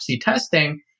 testing